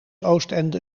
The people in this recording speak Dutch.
oostende